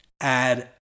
add